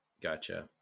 Gotcha